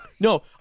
No